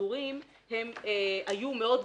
שהמיחזורים היו מאוד גבוהים.